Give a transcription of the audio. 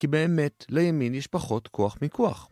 ‫כי באמת לימין יש פחות כוח מכוח.